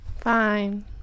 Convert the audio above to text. Fine